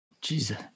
Jesus